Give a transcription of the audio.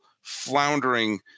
floundering